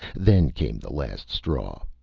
then came the last straw.